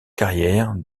carrière